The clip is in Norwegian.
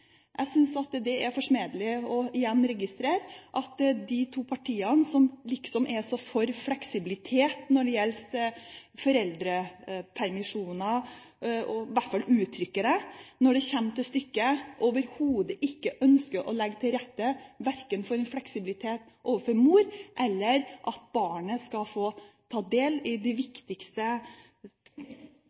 forsmedelig igjen å registrere at de to partiene som liksom er så for fleksibilitet når det gjelder foreldrepermisjoner – i hvert fall uttrykker de det – når det kommer til stykke overhodet ikke ønsker å legge til rette for verken fleksibilitet overfor mor eller at barnet skal få ta del i det som er det viktigste